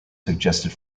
suggested